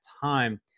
time